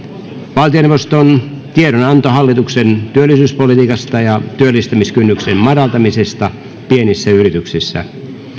valtioneuvoston tiedonanto hallituksen työllisyyspolitiikasta ja työllistämiskynnyksen madaltamisesta pienissä yrityksissä